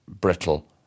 brittle